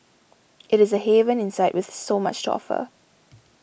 it is a haven inside with so much to offer